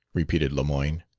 repeated lemoyne.